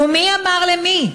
ומי אמר למי: